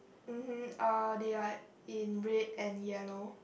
mmhmm uh they are in red and yellow